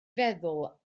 feddwl